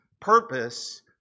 purpose